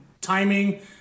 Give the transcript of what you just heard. timing